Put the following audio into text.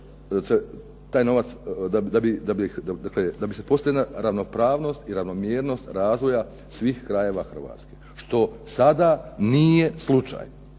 da bi se postigla jedna ravnopravnost i ravnomjernost razvoja svih krajeva Hrvatske, što sad nije slučaj.